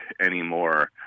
anymore